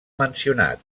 mencionat